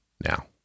now